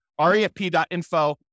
refp.info